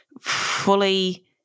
fully